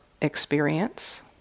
experience